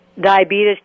diabetes